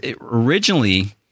originally